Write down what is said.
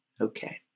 Okay